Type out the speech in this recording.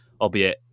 albeit